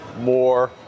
more